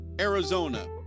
Arizona